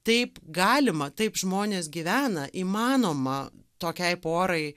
taip galima taip žmonės gyvena įmanoma tokiai porai